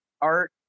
art